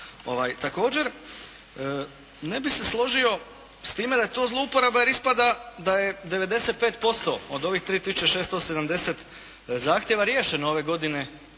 Također, ne bih se složio s time da je to zlouporaba jer ispada da je 95% od ovih 3 tisuće 670 zahtjeva riješeno ove godine,